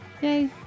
Yay